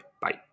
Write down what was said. Bye